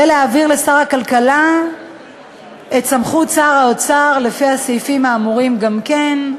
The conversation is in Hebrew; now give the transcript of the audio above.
ולהעביר לשר הכלכלה את סמכות שר האוצר לפי הסעיפים האמורים גם כן,